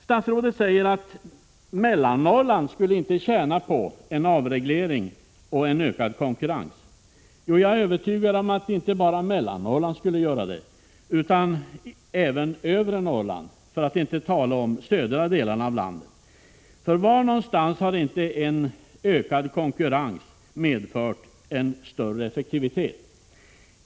Statsrådet säger att Mellannorrland inte skulle tjäna på en avreglering och en ökad konkurrens. Jag är övertygad om att inte bara Mellannorrland skulle göra det utan även övre Norrland, för att inte tala om de södra delarna av landet. Var någonstans har inte ökad konkurrens medfört större effektivitet?